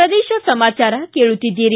ಪ್ರದೇಶ ಸಮಾಚಾರ ಕೇಳುತ್ತೀದ್ದಿರಿ